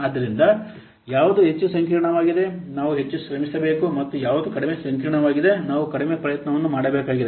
ಆದ್ದರಿಂದ ಯಾವುದು ಹೆಚ್ಚು ಸಂಕೀರ್ಣವಾಗಿದೆ ನಾವು ಹೆಚ್ಚು ಶ್ರಮಿಸಬೇಕು ಮತ್ತು ಯಾವುದು ಕಡಿಮೆ ಸಂಕೀರ್ಣವಾಗಿದೆ ನಾವು ಕಡಿಮೆ ಪ್ರಯತ್ನವನ್ನು ಮಾಡಬೇಕಾಗಿದೆ